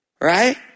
right